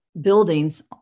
buildings